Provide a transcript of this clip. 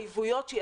בהתחייבויות.